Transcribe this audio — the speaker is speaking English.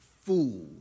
fool